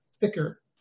thicker